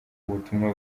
ubutumwa